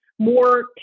more